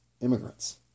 immigrants